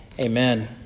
Amen